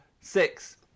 Six